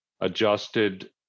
adjusted